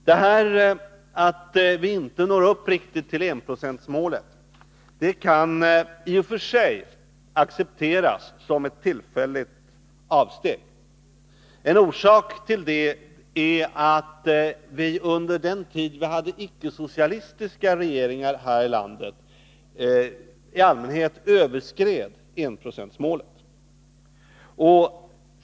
Att vi inte riktigt når upp till enprocentsmålet kan i och för sig accepteras som ett tillfälligt avsteg. En orsak till detta är att vi under den tid vi hade icke-socialistiska regeringar här i landet i allmänhet överskred enprocentsmålet.